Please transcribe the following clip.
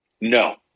no